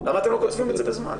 למה אתם לא קוצבים את זה בזמן?